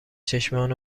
چشمان